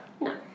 No